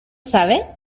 sabe